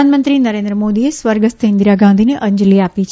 પ્રધાનમંત્રી નરેન્દ્ર મોદીએ સ્વર્ગસ્થ ઇન્દીરા ગાંધીને અંજલી આપી છે